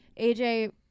AJ